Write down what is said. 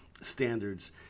standards